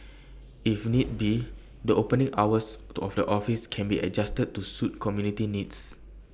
if need be the opening hours of the offices can be adjusted to suit community needs